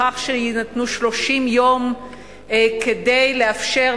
בכך שיינתנו 30 יום כדי לאפשר,